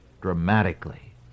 dramatically